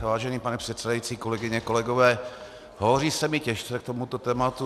Vážený pane předsedající, kolegyně, kolegové, hovoří se mi těžce k tomuto tématu.